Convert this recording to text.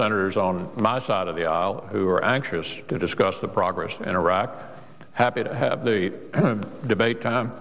senators on my side of the aisle who are anxious to discuss the progress in iraq happy to have the debate